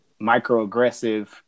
microaggressive